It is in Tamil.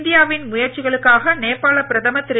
இந்தியாவின் முயற்சிகளுக்காக நேபாள பிரதமர் திரு